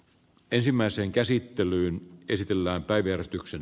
ensimmäiseen käsittelyyn esitellään taideyhdistyksen